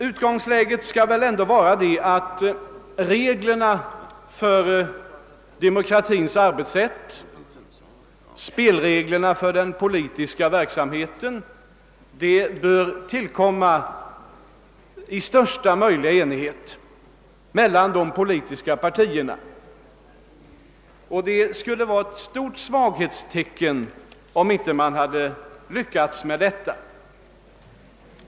Utgångsläget bör vara att reglerna för demokratins arbetssätt, spelreglerna för den politiska verksamheten, bör tillkomma i största möjliga enighet mellan de politiska partierna. Det skulle vara ett stort svaghetstecken om man inte hade lyckats med detta.